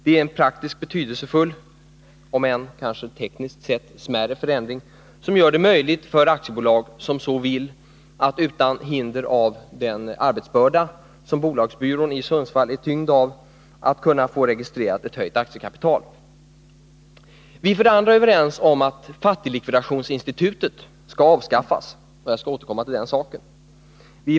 Det är en praktiskt betydelsefull, om än tekniskt sett smärre, förändring som gör det möjligt för aktiebolag som så vill att utan hinder av den arbetsbörda som bolagsbyrån i Sundsvall är tyngd av få en höjning av aktiekapitalet registrerad. Vi är för det andra överens om att fattiglikvidationsinstitutet skall avskaffas — jag skall återkomma till den saken.